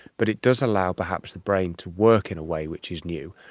but it does allow perhaps the brain to work in a way which is new,